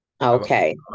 Okay